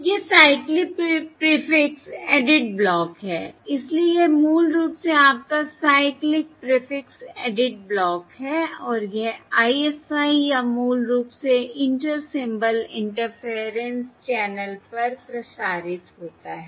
यह cyclic prefix added block है इसलिए यह मूल रूप से आपका साइक्लिक प्रीफिक्स एडिड ब्लॉक है और यह ISI या मूल रूप से इंटर सिंबल इंटरफेरेंस चैनल पर प्रसारित होता है